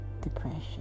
depression